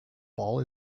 ball